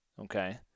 okay